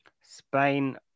spain